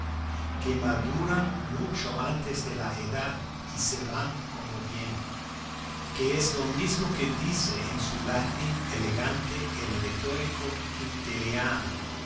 inglés bacon que maduran mucho antes de la edad y se van como vienen que es lo mismo que dice en su latín elegante el retórico quintiliano eso